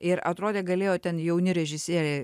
ir atrodė galėjo ten jauni režisieriai